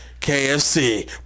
KFC